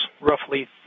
roughly